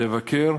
לבקר,